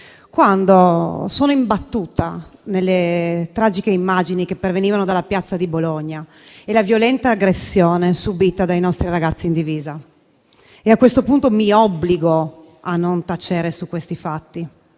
quando mi sono imbattuta nelle tragiche immagini che provenivano dalla piazza di Bologna e nella violenta aggressione subita dai nostri ragazzi in divisa. A questo punto mi obbligo a non tacere su questi fatti: